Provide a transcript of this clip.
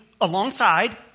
alongside